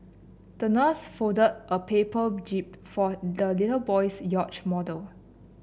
the nurse folded a paper jib for the little boy's yacht model